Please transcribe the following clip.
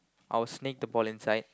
I'll sneak the ball inside